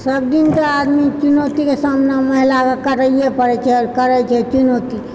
सबदिन तऽ आदमी चुनौतीके सामना महिलाके करए पड़ैत छै करैत छै चुनौती